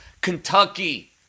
Kentucky